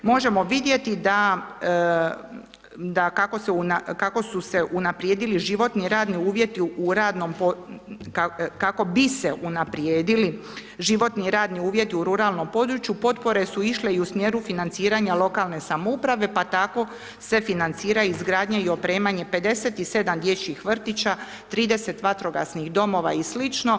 Možemo vidjeti da kako su se unaprijedili životni radni uvjeti u radnom, kako bi se unaprijedili životni radni uvjeti u ruralnom području, potpore su išle i u smjeru lokalne samouprave, pa tako se financira i izgradnja i opremanje 57 dječjih vrtića, 30 vatrogasnih domova i sl.